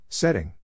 Setting